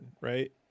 right